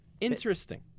Interesting